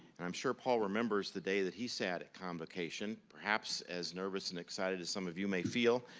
and i'm sure paul remembers the day that he sat at convocation, perhaps as nervous and excited as some of you may feel.